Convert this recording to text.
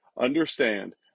Understand